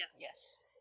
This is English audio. yes